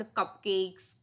cupcakes